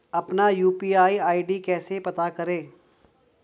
अपना UPI ID कैसे पता करें?